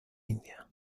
india